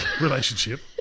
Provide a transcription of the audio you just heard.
relationship